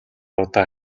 удаан